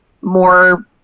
more